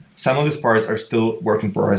some of these parts are still working for,